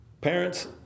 parents